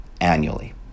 annually